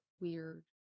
weird